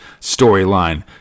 storyline